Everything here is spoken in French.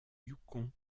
yukon